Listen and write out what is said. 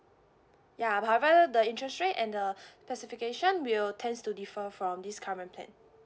ya however the interest rate and the specifications will tends to differ from this current plan